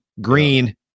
green